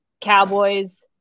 Cowboys